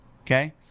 okay